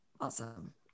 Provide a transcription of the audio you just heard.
Awesome